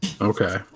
Okay